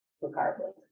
regardless